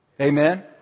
Amen